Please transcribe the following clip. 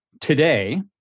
today